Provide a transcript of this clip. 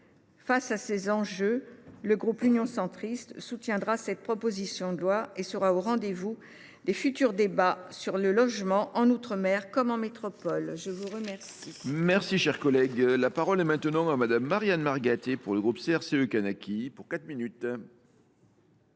Face à ces enjeux, le groupe Union Centriste soutiendra cette proposition de loi et sera au rendez vous des futurs débats sur le logement, en outre mer comme en métropole. La parole